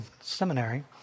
seminary